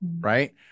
right